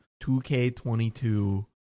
2k22